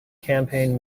campaign